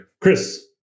Chris